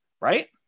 right